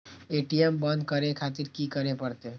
ATM बंद करें खातिर की करें परतें?